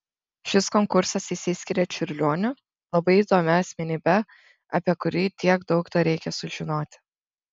šis konkursas išsiskiria čiurlioniu labai įdomia asmenybe apie kurį tiek daug dar reikia sužinoti